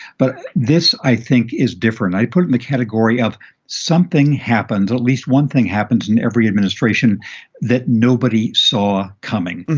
but this, i think, is different. i put in the category of something happens. at least one thing happens in every administration that nobody saw coming.